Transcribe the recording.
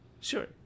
Sure